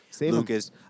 Lucas